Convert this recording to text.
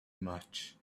much